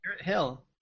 hill